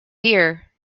deer